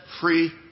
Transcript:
free